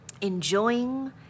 enjoying